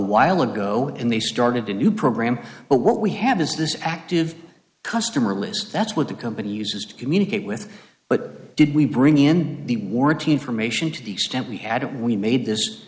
while ago and they started a new program but what we have is this active cuss that's what the company uses to communicate with but did we bring in the warranty information to the extent we had it we made this